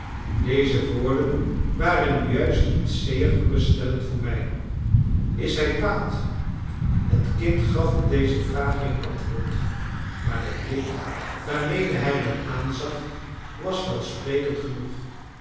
deze woorden waren nu juist niet zeer geruststellend voor mij is hij kwaad het kind gaf op deze vraag geen antwoord maar de blik waarmede hij mij aanzag was welsprekend genoeg